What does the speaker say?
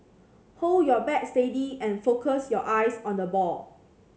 hold your bat steady and focus your eyes on the ball